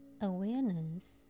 awareness